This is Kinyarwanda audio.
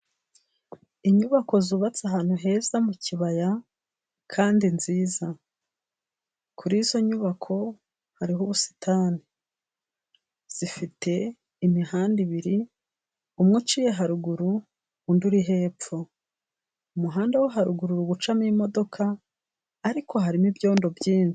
Inyubako zubatse ahantu heza mu kibaya, kandi nziza. Kuri izo nyubako, hariho ubusitani. Zifite imihanda ibiri, umwe uciye haruguru, undi uri hepfo. Umuhanda wo haruguru uri gucamo imodoka, ariko harimo ibyondo byinshi.